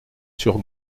sur